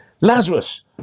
Lazarus